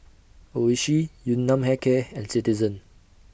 Oishi Yun Nam Hair Care and Citizen